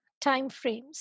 timeframes